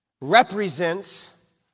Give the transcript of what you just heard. represents